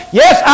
yes